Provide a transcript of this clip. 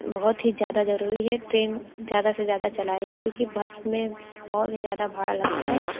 बहुत ही ज्यादा जरूरी है ट्रेन ज़्यादा से ज़्यादा चलाएं जाए क्योंकि बस में बहुत ही ज़्यादा भाड़ा लगता है